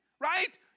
right